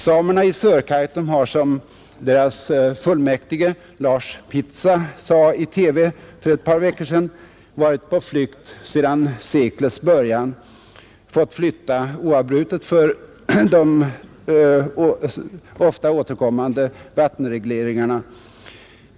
Samerna i Sörkaitum har, som deras fullmäktige Lars Pittsa sade i TV för ett par veckor sedan, varit på flykt sedan seklets början — de har fått flytta oavbrutet för de ofta återkommande vattenregleringarna.